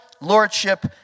lordship